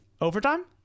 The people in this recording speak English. Overtime